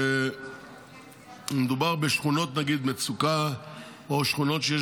למשל כשמדובר בשכונות מצוקה או שכונות שיש